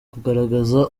kugaragaza